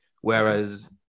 whereas